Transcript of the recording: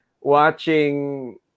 watching